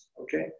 Okay